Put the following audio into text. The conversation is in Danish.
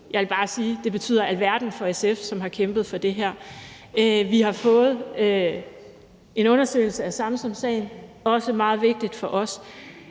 Jeg vil bare sige, at det betyder alverden for SF, som har kæmpet for det her. Vi har fået en undersøgelse af Samsamsagen, det er også meget vigtigt for os,